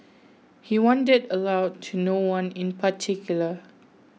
he wondered aloud to no one in particular